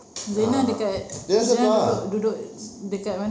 zina dekat dia orang dia orang duduk duduk dekat mana